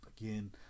again